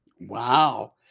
Wow